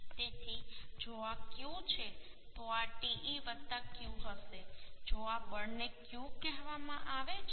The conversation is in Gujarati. તેથી જો આ Q છે તો આ Te Q હશે જો આ બળને Q કહેવામાં આવે છે